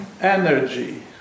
energy